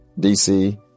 DC